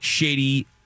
Shady